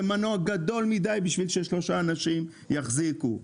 זה מנוע גדול מדיי בשביל ששלושה אנשים יחזיקו אותו.